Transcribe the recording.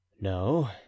No